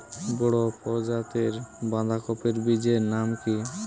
বড় প্রজাতীর বাঁধাকপির বীজের নাম কি?